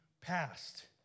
past